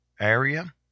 area